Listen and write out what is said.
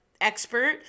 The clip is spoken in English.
expert